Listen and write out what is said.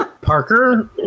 Parker